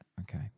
Okay